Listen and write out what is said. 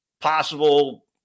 possible